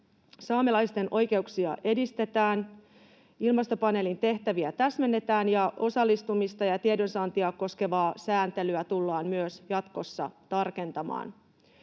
saamelaisten oikeuksia edistetään, ilmastopaneelin tehtäviä täsmennetään ja osallistumista ja tiedonsaantia koskevaa sääntelyä tullaan myös jatkossa tarkentamaan.